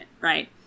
right